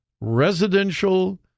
residential